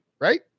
right